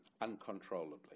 uncontrollably